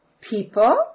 people